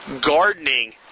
gardening